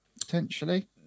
potentially